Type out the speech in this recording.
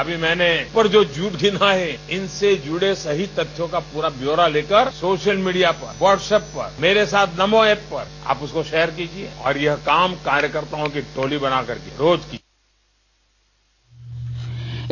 अभी मैने उन पर जो झूठ गिनाये है इनसे जुड़े सही तथ्यों का पूरा ब्यौरा लेकर सोशल मीडिया पर वाट्सएप पर मेरे साथ नमो एप पर आप उसको शेयर कीजिए और ये काम कार्यकर्ताओं की टोली बनाकर रोज कीजिए